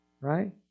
Right